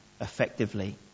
effectively